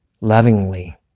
lovingly